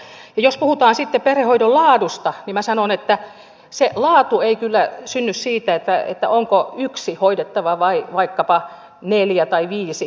jos puhutaan sitten perhehoidon laadusta niin minä sanon että se laatu ei kyllä synny siitä onko yksi hoidettava vai vaikkapa neljä tai viisi